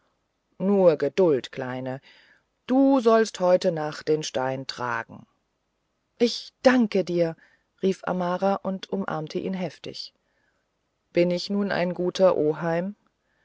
nur geduld kleine du sollst heute nacht den stein tragen ich danke dir rief amara und umarmte ihn heftig bin ich nun ein guter oheim